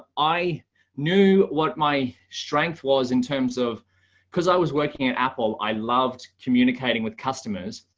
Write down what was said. i knew what my strength was in terms of because i was working at apple i loved communicating with customers.